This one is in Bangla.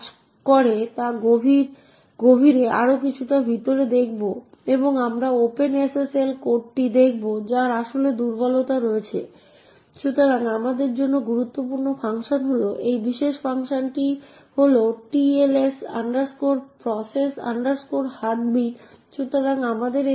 f7e978fb ffffcf6c এবং ffffd06c এর মতো প্রদর্শিত হচ্ছে এবং অবশেষে আমাদের কাছে স্ট্রিংটি রয়েছে এটি একটি টপ সিক্রেট ম্যাসেজ